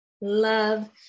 love